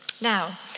Now